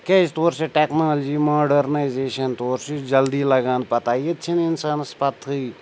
کیازِ تور چھِ ٹیٚکنالجی ماڈٲرنایزیشَن تور سُہ چھُ جلدی لَگان پَتہ ییٚتہِ چھِنہٕ اِنسانَس پَتٕہے